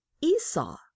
Esau